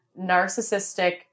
narcissistic